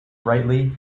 brightly